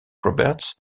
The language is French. roberts